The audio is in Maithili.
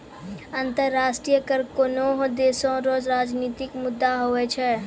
अंतर्राष्ट्रीय कर कोनोह देसो रो राजनितिक मुद्दा हुवै छै